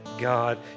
God